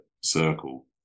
circle